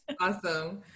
Awesome